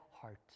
heart